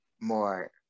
more